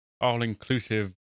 all-inclusive